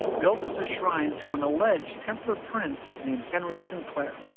built as a shrine to an alleged templar prince named henry sinclair.